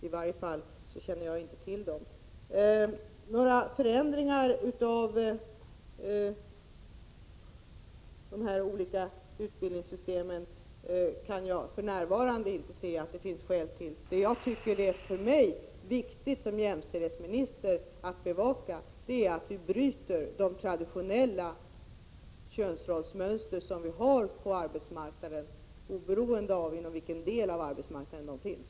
I varje fall känner jag själv inte till några sådana. Några förändringar beträffande dessa olika utbildningssystem kan jag för närvarande inte se att det finns skäl till. Vad jag tycker är viktigt för mig som jämställdhetsminister att bevaka är att vi bryter de traditionella könsrollsmönster som vi har på arbetsmarknaden, oberoende av inom vilken del av arbetsmarknaden som de finns.